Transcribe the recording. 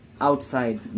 outside